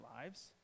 lives